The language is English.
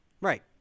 Right